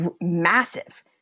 massive